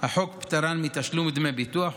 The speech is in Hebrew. גיסא החוק פטרן מתשלום דמי ביטוח,